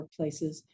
workplaces